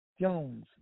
Jones